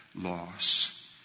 loss